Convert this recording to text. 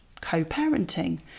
co-parenting